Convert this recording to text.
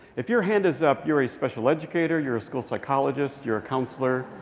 if your hand is up, you're a special educator, you're a school psychologist, you're a counselor,